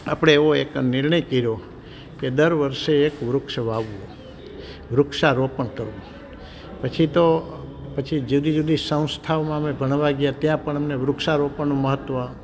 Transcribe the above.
આપણે એવો એક નિર્ણય કર્યો કે દર વર્ષે એક વૃક્ષ વાવવું વૃક્ષારોપણ કરવું પછી તો પછી જુદી જુદી સંસ્થાઓમાં અમે ભણવા ગયા ત્યાં પણ અમને વૃક્ષારોપણનું મહત્વ